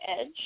edge